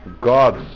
God's